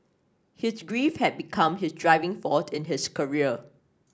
his grief had become his driving force in his career